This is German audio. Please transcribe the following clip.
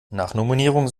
nachnominierungen